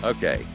Okay